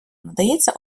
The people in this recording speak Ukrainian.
надається